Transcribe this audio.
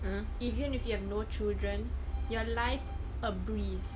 err if have no children your life a breeze